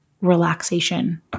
relaxation